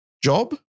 job